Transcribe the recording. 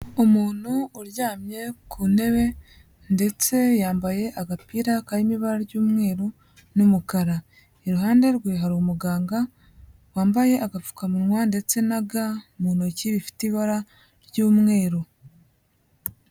Umuntu uryamye ku ntebe ndetse yambaye agapira kari mu ibara ry'umweru n'umukara, iruhande rwe hari umuganga wambaye agapfukamunwa ndetse na ga mu ntoki bifite ibara ry'umweru.